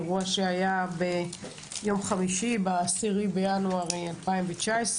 אירוע שהיה ביום חמישי ב-10 בינואר 2019,